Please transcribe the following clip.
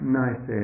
nice